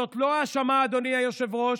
אדוני היושב-ראש,